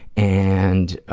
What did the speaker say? and